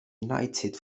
united